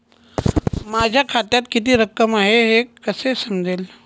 माझ्या खात्यात किती रक्कम आहे हे कसे समजेल?